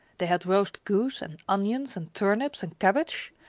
they had roast goose and onions and turnips and cabbage.